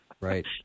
right